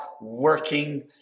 working